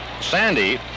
Sandy